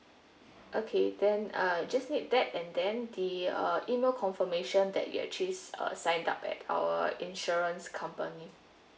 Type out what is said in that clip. okay then uh just need that and then the uh email confirmation that you actually signed up at our insurance company